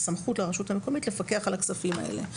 סמכות לרשות המקומית לפקח על הכספים האלה.